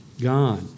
God